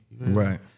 Right